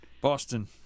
Boston